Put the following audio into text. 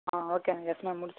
ஆ okay ma'am yes ma'am முடிச்சுட்டு